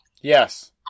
Yes